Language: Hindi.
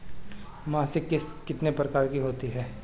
मासिक किश्त कितने प्रकार की होती है?